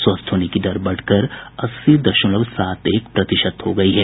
स्वस्थ होने की दर बढ़कर अस्सी दशमलव सात एक प्रतिशत हो गयी है